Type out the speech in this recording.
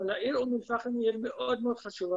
אבל העיר אום אל פחם היא עיר מאוד מאוד חשובה